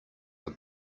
are